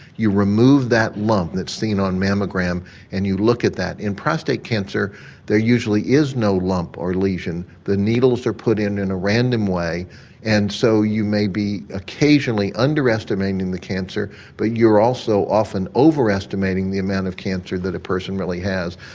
you remove that lump that's seen on a mammogram and you look at that. in prostate cancer there usually is no lump or lesion, the needles are put in in a random way and so you may be occasionally underestimating the cancer but you're also often overestimating the amount of cancer that a person really has.